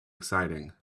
exciting